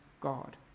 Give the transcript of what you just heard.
God